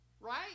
right